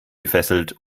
gefesselt